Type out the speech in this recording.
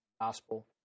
Gospel